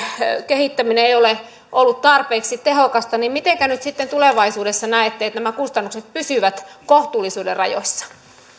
kehittäminen ei ole ollut tarpeeksi tehokasta mitenkä nyt sitten tulevaisuudessa näette että nämä kustannukset pysyvät kohtuullisuuden rajoissa